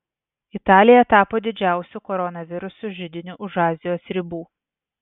italija tapo didžiausiu koronaviruso židiniu už azijos ribų